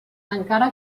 encara